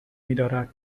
میدارد